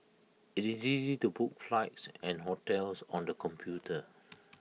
IT is easy to book flights and hotels on the computer